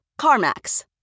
CarMax